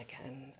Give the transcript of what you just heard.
again